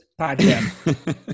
podcast